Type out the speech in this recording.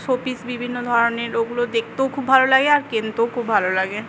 show piece বিভিন্ন ধরনের ওগুলো দেখতেও খুব ভালো লাগে আর কিনতেও খুব ভালো লাগে